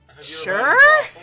Sure